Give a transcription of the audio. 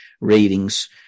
readings